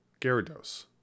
Gyarados